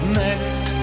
next